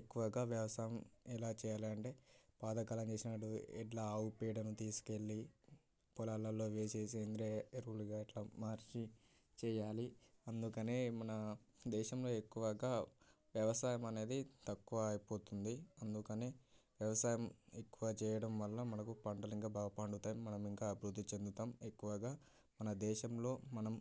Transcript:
ఎక్కువగా వ్యవసాయం ఎలా చేయాలంటే పాతకాలంలో చేసినట్టు ఎడ్ల ఆవు పేడను తీసుకు వెళ్ళి పొలాలలో వేసి సేంద్రీయ ఎరువులుగా అట్లా మార్చి చేయాలి అందుకే మన దేశంలో ఎక్కువగా వ్యవసాయం అనేది తక్కువ అయిపోతుంది అందుకే వ్యవసాయం ఎక్కువ చేయడం వల్ల మనకు పంటలు ఇంకా బాగా పండుతాయి మనం ఇంకా అభివృద్ధి చెందుతాం ఎక్కువగా మన దేశంలో మనం